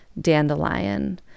dandelion